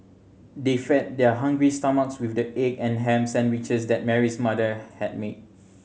they fed their hungry stomachs with the egg and ham sandwiches that Mary's mother had made